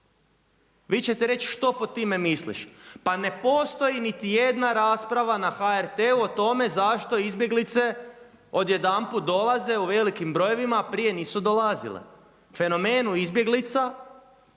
Vi ćete reći što pod time misliš? Pa ne postoji niti jedna rasprava na HRT-u o tome zašto izbjeglice odjedanput dolaze u velikim brojevima a prije nisu dolazile. Fenomenu izbjeglica